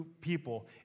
people